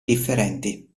differenti